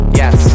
yes